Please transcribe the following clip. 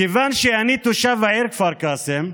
כיוון שאני תושב העיר כפר קאסם,